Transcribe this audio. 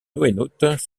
noénautes